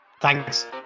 thanks